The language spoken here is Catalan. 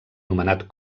nomenat